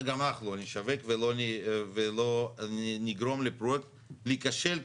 גם אנחנו לא נשווק ולא נגרום לפרויקט להיכשל,